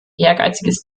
ehrgeiziges